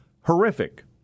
horrific